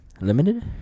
Limited